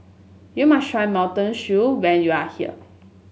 you must try Mutton Stew when you are here